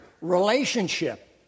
Relationship